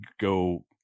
go